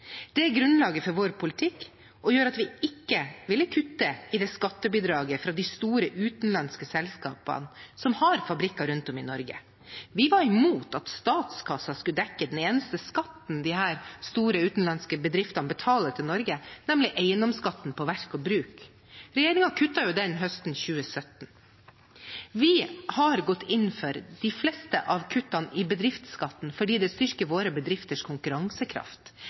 Det er grunnlaget for vår politikk og gjør at vi ikke ville kutte i skattebidraget fra de store utenlandske selskapene som har fabrikker rundt om i Norge. Vi var imot at statskassen skulle dekke den eneste skatten disse store utenlandske bedriftene betaler til Norge, nemlig eiendomsskatten på verk og bruk. Regjeringen kuttet den høsten 2017. Vi har gått inn for de fleste av kuttene i bedriftsskatten fordi det styrker våre bedrifters konkurransekraft.